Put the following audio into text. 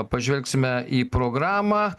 pažvelgsime į programą